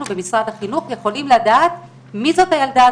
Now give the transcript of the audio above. במשרד החינוך יכולים לדעת מי זאת הילדה,